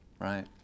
right